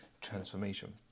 transformation